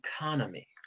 economy